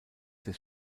des